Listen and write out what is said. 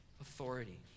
authority